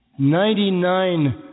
Ninety-nine